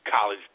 college